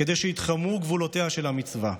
כדי שייתחמו גבולותיה של המצווה.